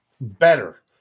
better